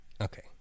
Okay